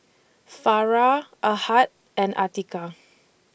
Farah Ahad and Atiqah